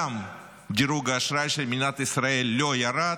דירוג האשראי של מדינת ישראל מעולם לא ירד,